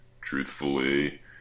truthfully